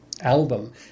album